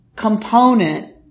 component